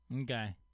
Okay